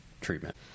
treatment